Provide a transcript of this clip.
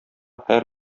һәр